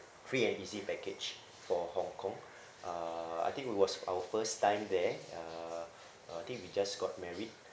free and easy package for Hong-Kong uh I think it was our first time there uh I think we just got married